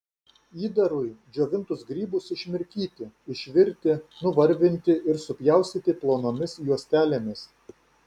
įdarui džiovintus grybus išmirkyti išvirti nuvarvinti ir supjaustyti plonomis juostelėmis